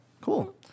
Cool